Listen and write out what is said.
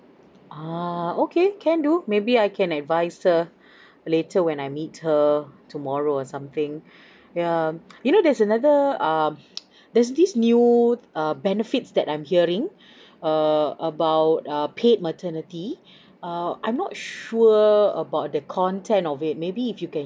ah okay can do maybe I can advise her later when I meet her tomorrow or something yeah um you know there's another um there's this new uh benefits that I'm hearing err about uh paid maternity uh I'm not sure about the content of it maybe if you can